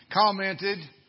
commented